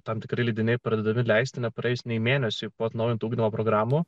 tam tikri leidiniai pradedami leisti nepraėjus nei mėnesiui po atnaujinti ugdymo programų